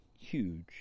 huge